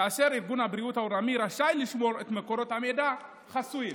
כאשר ארגון הבריאות העולמי רשאי לשמור את מקורות המידע חסויים.